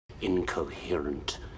Incoherent